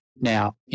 Now